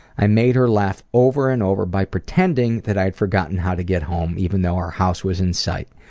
i made her laugh over and over by pretending that i had forgotten how to get home, even though our house was in in sight.